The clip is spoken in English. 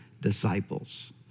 disciples